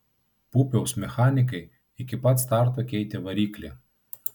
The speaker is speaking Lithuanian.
pupiaus mechanikai iki pat starto keitė variklį